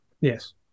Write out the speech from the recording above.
Yes